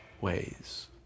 ways